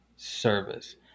Service